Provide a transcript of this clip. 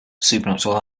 supernatural